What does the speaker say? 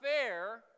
fair